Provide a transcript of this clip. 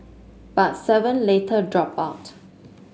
but seven later dropped out